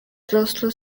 rostro